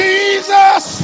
Jesus